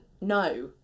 no